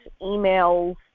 emails